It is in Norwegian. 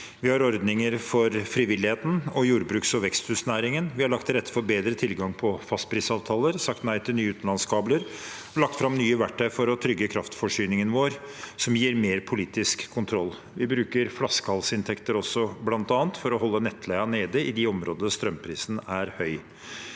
nov. – Ordinær spørretime 685 bruks- og veksthusnæringen, og vi har lagt til rette for bedre tilgang på fastprisavtaler, sagt nei til nye utenlandskabler og lagt fram nye verktøy for å trygge kraftforsyningen vår, noe som gir mer politisk kontroll. Vi bruker flaskehalsinntekter bl.a. for å holde nettleien nede i de områdene hvor strømprisen er høy.